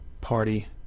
party